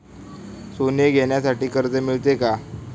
सोने घेण्यासाठी कर्ज मिळते का?